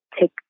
take